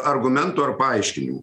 argumentų ar paaiškinimų